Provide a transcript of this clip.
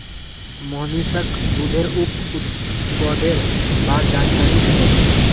मोहनीशक दूधेर उप उत्पादेर बार जानकारी छेक